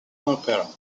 opera